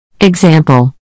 Example